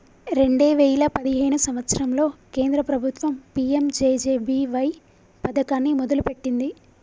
రెండే వేయిల పదిహేను సంవత్సరంలో కేంద్ర ప్రభుత్వం పీ.యం.జే.జే.బీ.వై పథకాన్ని మొదలుపెట్టింది